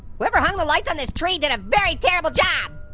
whoever hung the lights on this tree did a very terrible job.